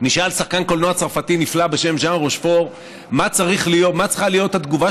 נשאל שחקן קולנוע צרפתי נפלא בשם ז'אן רושפור מה צריכה להיות התגובה